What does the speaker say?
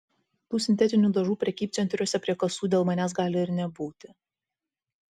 tų sintetinių dažų prekybcentriuose prie kasų dėl manęs gali ir nebūti